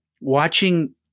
watching